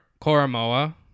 Koromoa